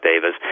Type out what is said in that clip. Davis